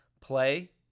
play